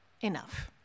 enough